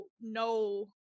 no